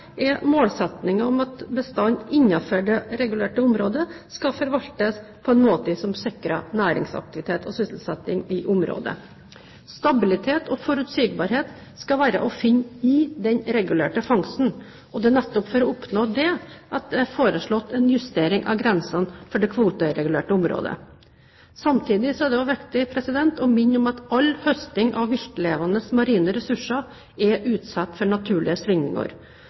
er målsettingen om at bestanden innenfor det regulerte området skal forvaltes på en måte som sikrer næringsaktivitet og sysselsetting i området. Stabilitet og forutsigbarhet skal være å finne i den regulerte fangsten, og det er nettopp for å oppnå dette at det er foreslått en justering av grensene for det kvoteregulerte området. Samtidig er det også viktig å minne om at all høsting av viltlevende marine ressurser er utsatt for naturlige svingninger.